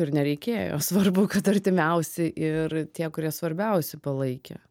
ir nereikėjo svarbu kad artimiausi ir tie kurie svarbiausi palaikė